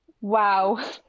Wow